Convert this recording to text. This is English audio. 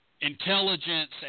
intelligence